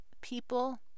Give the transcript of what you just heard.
people